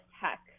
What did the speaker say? tech